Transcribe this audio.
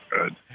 good